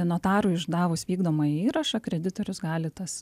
notarui išdavus vykdomąjį įrašą kreditorius gali tas